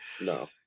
no